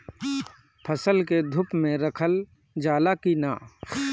फसल के धुप मे रखल जाला कि न?